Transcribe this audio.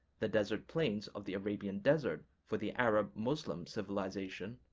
the desert plains of the arabian desert for the arab muslim civilization,